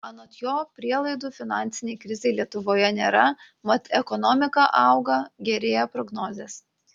anot jo prielaidų finansinei krizei lietuvoje nėra mat ekonomika auga gerėja prognozės